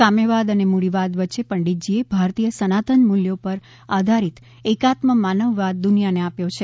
સામ્યવાદ અને મૂડીવાદ વચ્ચે પંડિતજીએ ભારતીય સનાતન મુલ્યો પર આધારિત એકાત્મ માનવવાદ દુનિયાને આપ્યો છે